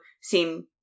seem